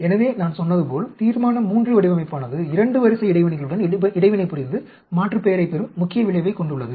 எனவே நான் சொன்னது போல் தீர்மான III வடிவமைப்பானது 2 வரிசை இடைவினைகளுடன் இடைவினைபுரிந்து மாற்றுப்பெயரைப் பெறும் முக்கிய விளைவைக் கொண்டுள்ளது